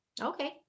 Okay